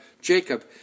Jacob